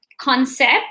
concept